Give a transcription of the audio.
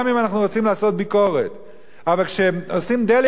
אבל כשעושים דה-לגיטימציה לאנשים, כאשר עושים